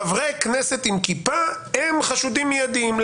חברי כנסת עם כיפה הם חשודים מיידים,